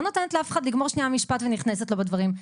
לא נותנת לאף אחד לגמור שנייה למשפט ונכנסת לו בדברים.